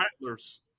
Rattlers